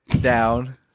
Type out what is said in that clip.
down